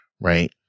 right